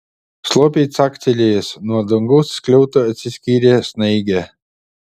slopiai caktelėjus nuo dangaus skliauto atsiskyrė snaigė